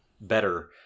better